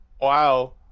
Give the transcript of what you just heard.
Wow